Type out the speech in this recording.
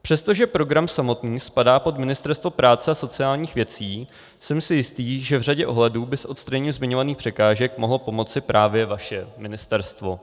Přestože program samotný spadá pod Ministerstvo práce a sociálních věcí, jsem si jistý, že v řadě ohledů by s odstraněním zmiňovaných překážek mohlo pomoci právě vaše ministerstvo.